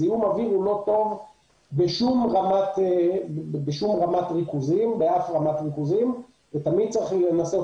זיהום אוויר הוא לא טוב בשום רמת ריכוזים ותמיד צריך לנסות